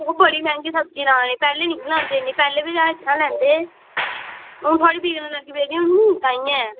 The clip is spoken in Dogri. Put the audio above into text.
हून बड़ी मैहंगी सब्ज़ी ला दे पैह्लें निं लांदे हे इन्नी पैह्लें बी अस इत्थां लैंदे हे हून थुआढ़ी बिकन लग्गी होनी ना ताहियें